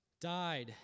died